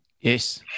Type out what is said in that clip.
Yes